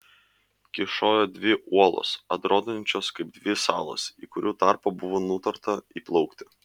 kyšojo dvi uolos atrodančios kaip dvi salos į kurių tarpą buvo nutarta įplaukti